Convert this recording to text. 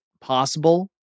possible